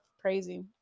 Crazy